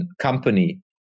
company